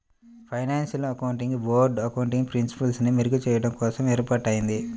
financial accounting board accounting ప్రిన్సిపల్స్ని మెరుగుచెయ్యడం కోసం ఏర్పాటయ్యింది